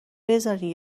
بذارین